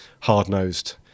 hard-nosed